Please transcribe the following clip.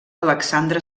alexandre